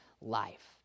life